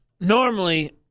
Normally